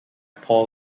paul